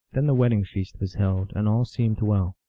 then the wedding feast was held, and all seemed well.